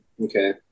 Okay